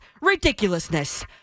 ridiculousness